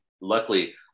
Luckily